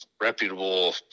reputable